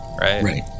right